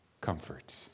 comfort